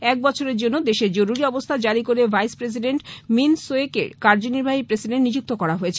এক বছরের জন্য দেশে জরুরী অবস্থা জারি করে ভাইস প্রেসিডেন্ট মিনথ সোয়েকে কার্যনির্বাহী প্রেসিডেন্ট নিযুক্ত করা হয়েছে